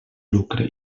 lucre